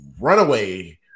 runaway